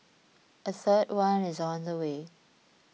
a third one is on the way